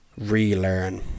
relearn